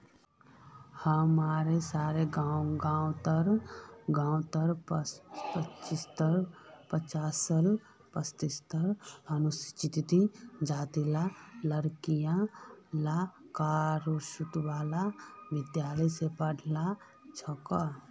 हमसार गांउत पछहत्तर प्रतिशत अनुसूचित जातीर लड़कि ला कस्तूरबा विद्यालय स पढ़ील छेक